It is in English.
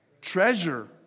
treasure